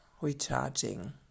recharging